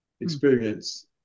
experience